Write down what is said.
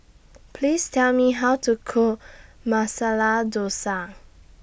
Please Tell Me How to Cook Masala Dosa